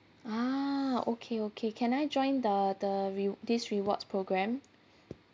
ah okay okay can I join the the re~ this reward's programme